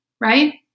right